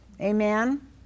Amen